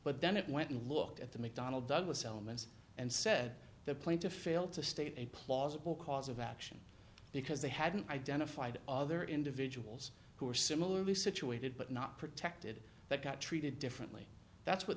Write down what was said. but then it went and looked at the mcdonnell douglas elements and said the plaintiff fail to state a plausible cause of action because they hadn't identified other individuals who are similarly situated but not protected that got treated differently that's what